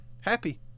happy